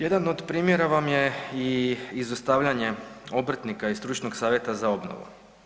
Jedan od primjera vam je i izostavljanje obrtnika i stručnog savjeta za obnovu.